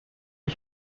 ich